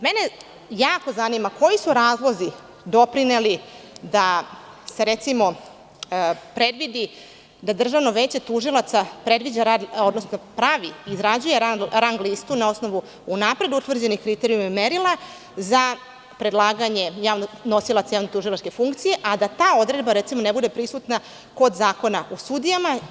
Mene jako zanima koji su to razlozi doprineli da se recimo predvidi da Državno veće tužilaca pravi, izrađuje rang listu na osnovu unapred utvrđenih kriterijuma i merila za predlaganje nosilaca javno-tužilačke funkcije, a da ta odredba ne bude prisutna kod Zakona o sudijama.